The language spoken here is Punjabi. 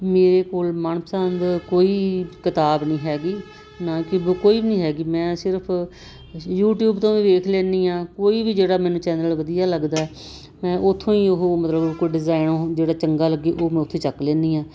ਮੇਰੇ ਕੋਲ ਮਨ ਪਸੰਦ ਕੋਈ ਕਿਤਾਬ ਨਹੀਂ ਹੈਗੀ ਨਾ ਕਿ ਬ ਕੋਈ ਨਹੀਂ ਹੈਗੀ ਮੈਂ ਸਿਰਫ ਯੂਟਿਊਬ ਤੋਂ ਵੀ ਵੇਖ ਲੈਂਦੀ ਹਾਂ ਕੋਈ ਵੀ ਜਿਹੜਾ ਮੈਨੂੰ ਚੈਨਲ ਵਧੀਆ ਲੱਗਦਾ ਮੈਂ ਉਥੋਂ ਹੀ ਉਹ ਮਤਲਬ ਕੋਈ ਡਿਜ਼ਾਇਨ ਉਹ ਜਿਹੜਾ ਚੰਗਾ ਲੱਗੇ ਉਹ ਮੈਂ ਉੱਥੇ ਚੱਕ ਲੈਂਦੀ ਹਾਂ